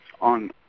on